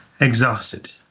exhausted